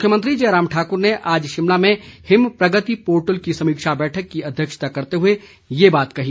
मुख्यमंत्री जयराम ठाकुर ने आज शिमला में हिम प्रगति पोर्टल की समीक्षा बैठक की अध्यक्षता करते हुए यह बात कही